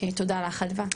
תודה לך אדווה.